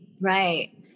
Right